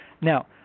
Now